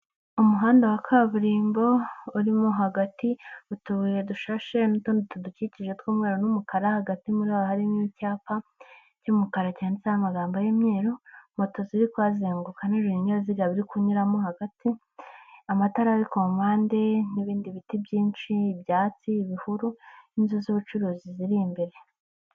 Umuhanda wa kaburimbo, urimo hagati utubuye dushashe n'utundi tudukikije tw'umweru n'umukara, hagati muri ho haba hari n'icyapa, cy'umukara cyanditseho amagambo y'umweru, moto ziri kuhazenguruka nijoro, n'ibindi binyabiziga biri kunyuramo hagati, amatara ari ku mpande, n'ibindi biti byinshi, ibyatsi, ibihuru, n'inzu z'ubucuruzi ziri imbere.